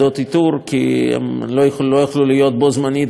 כי הן לא יכלו להיות בו-בזמן בכמה מקומות.